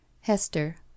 Hester